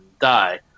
die